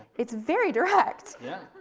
it's very direct. yeah.